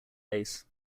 base